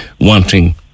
wanting